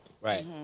Right